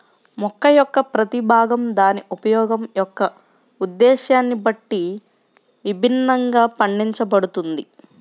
మొక్క యొక్క ప్రతి భాగం దాని ఉపయోగం యొక్క ఉద్దేశ్యాన్ని బట్టి విభిన్నంగా పండించబడుతుంది